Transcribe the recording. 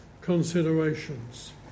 considerations